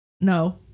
No